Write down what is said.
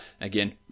Again